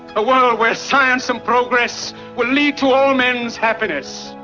a world where science and progress will lead to all men's happiness.